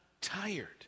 tired